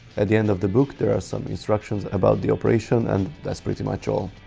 at the end of the book there are some instructions about the operation and that's pretty much all.